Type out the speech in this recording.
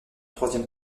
troisième